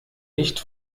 nicht